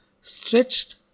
stretched